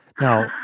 Now